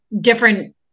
different